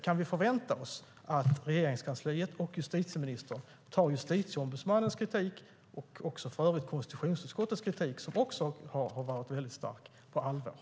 Kan vi förvänta oss att Regeringskansliet och justitieministern tar Justitieombudsmannens kritik och för övrigt också konstitutionsutskottets kritik - som också har varit stark - på allvar?